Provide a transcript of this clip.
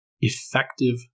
effective